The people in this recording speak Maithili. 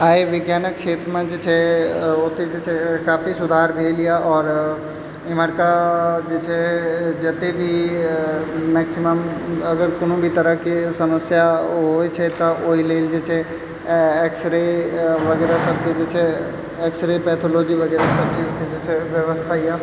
आई विज्ञानक क्षेत्रमे जे छै ओतए जे छै काफी सुधार भेल यऽ आओर एमहरका जे छै जतए भी मैक्सिमम अगर कोनो भी तरहके समस्या होइत छै तऽ ओहि लेल जे छै एक्स रे वगैरह सभके जे छै एक्स रे पैथोलॉजी वगैरहसभ चीजके जे छै व्यवस्थाए